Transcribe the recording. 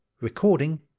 Recording